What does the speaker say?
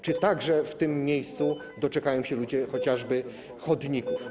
Czy także w tym miejscu doczekają się ludzie chociażby chodników?